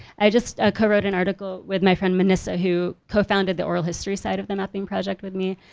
i just ah co-wrote an article with my friend menissa who co-founded the oral history side of the mapping project with me,